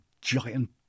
giant